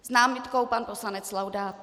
S námitkou pan poslanec Laudát.